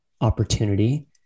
opportunity